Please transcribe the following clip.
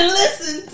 listen